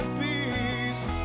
peace